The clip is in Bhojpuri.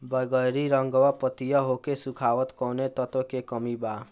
बैगरी रंगवा पतयी होके सुखता कौवने तत्व के कमी बा?